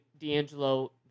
D'Angelo